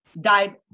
dive